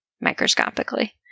microscopically